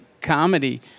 comedy